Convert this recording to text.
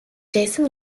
jason